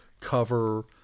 cover